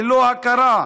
ללא הכרה,